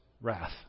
wrath